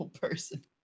person